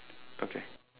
okay